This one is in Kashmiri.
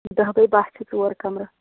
دَہ باے باہ چھِ ژور کَمرٕ